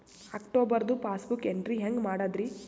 ಅಕ್ಟೋಬರ್ದು passbook entry ಹೆಂಗ್ ಮಾಡದ್ರಿ?